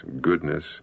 goodness